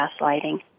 gaslighting